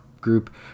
group